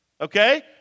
okay